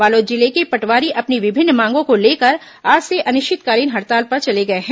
बालोद जिले के पटवारी अपनी विभिन्न मांगों को लेकर आज से अनिश्चितकालीन हड़ताल पर चले गए हैं